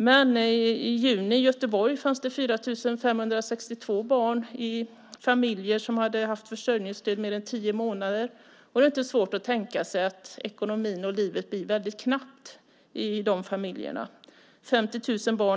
Men i juni fanns det i Göteborg 4 562 barn i familjer som hade haft försörjningsstöd i mer än tio månader, och då är det inte svårt att tänka sig att ekonomin och livet blir väldigt knappt i de familjerna.